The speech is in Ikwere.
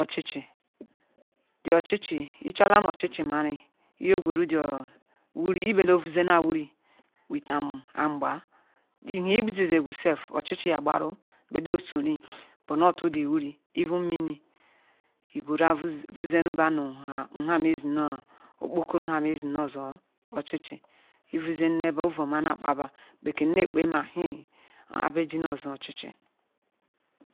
Ochichi the ochichi ichola ichola ma ochi-chi nmarui iyo-gweru thr wuri ibele vuzenia wuri with angba ihevuzenu bah nu hamezino okpokoro hamezino ozo ochichi evuzenu bah obuoma na kpaha beh eji nu ozu ochichi.